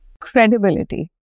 credibility